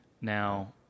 now